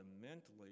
fundamentally